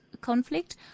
conflict